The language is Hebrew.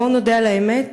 בואו נודה על האמת.